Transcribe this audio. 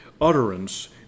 utterance